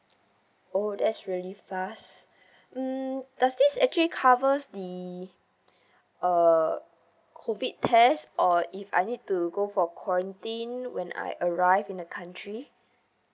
oh that's really fast mm does this actually covers the uh COVID test or if I need to go for quarantine when I arrive in the country